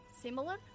similar